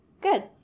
good